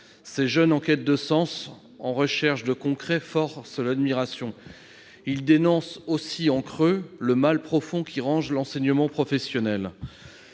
Ces jeunes en quête de sens et de concret forcent l'admiration. Ils dénoncent aussi, en creux, le mal profond qui ronge l'enseignement professionnel.